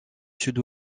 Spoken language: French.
sud